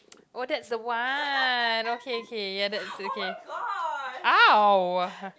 oh that's the one okay okay ya that's it's okay oh-my-god